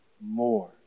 more